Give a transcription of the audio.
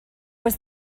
was